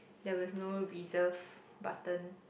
there was no reserve button